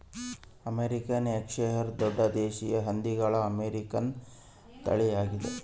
American Yorkshire ದೊಡ್ಡ ದೇಶೀಯ ಹಂದಿಗಳ ಅಮೇರಿಕನ್ ತಳಿಯಾಗಿದೆ